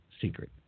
secret